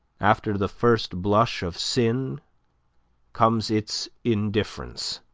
after the first blush of sin comes its indifference